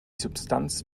substanz